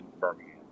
Birmingham